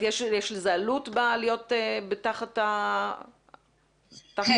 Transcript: יש לזה עלות להיות תחת ה- -- כן.